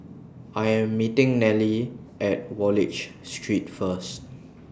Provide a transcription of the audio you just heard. I Am meeting Nellie At Wallich Street First